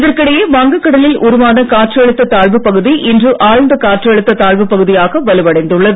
இதற்கிடையே வங்க கடலில் உருவான காற்றழுத்த தாழ்வுப் பகுதி இன்று ஆழ்ந்த காற்றழுத்த தாழ்வுப் பகுதியாக வலுவடைந்துள்ளது